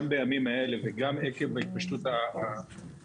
גם בימים אלה וגם עקב התפשטות האומיקרון,